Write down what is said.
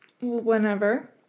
Whenever